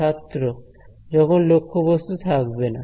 ছাত্র যখন লক্ষ্যবস্তু থাকবে না